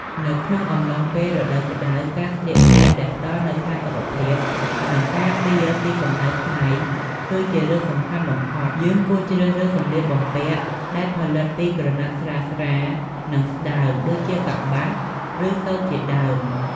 នៅក្នុងអំឡុងពេលរដូវក្តៅ ការស្លៀកពាក់ដែលផ្ដល់នូវផាសុខភាព និងការពារពីកម្ដៅថ្ងៃគឺជារឿងសំខាន់បំផុត យើងគួរជ្រើសរើសសម្លៀកបំពាក់ដែលផលិតពី ក្រណាត់ស្រាលៗ និងស្តើងៗ ដូចជា កប្បាស ឬ សូត្រជាដើម។